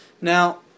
Now